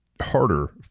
harder